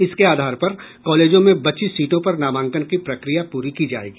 इसके आधार पर कॉलेजों में बची सीटों पर नामांकन की प्रक्रिया पूरी की जाएगी